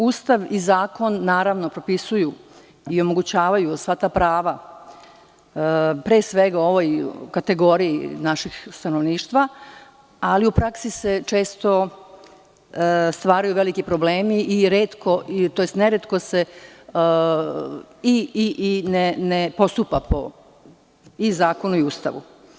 Ustav i zakon naravno propisuju i omogućavaju sva ta prava, pre svega ovoj kategoriji našeg stanovništva, ali u praksi se često stvaraju veliki problemi, tj. neretko se ne postupa po zakonu i Ustavu.